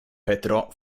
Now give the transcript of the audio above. petro